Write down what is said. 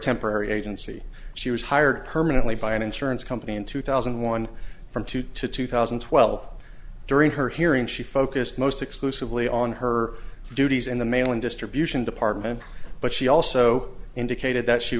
temporary agency she was hired permanently by an insurance company in two thousand and one from two to two thousand and twelve during her hearing she focused most exclusively on her duties in the mail and distribution department but she also indicated that she